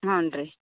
ಹಾಂ ರೀ